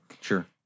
Sure